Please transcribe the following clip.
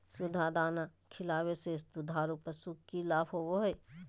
सुधा दाना खिलावे से दुधारू पशु में कि लाभ होबो हय?